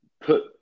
put